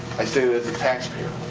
i say that as a taxpayer.